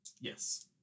Yes